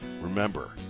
Remember